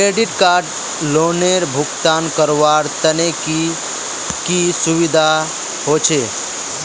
Credit card लोनेर भुगतान करवार तने की की सुविधा होचे??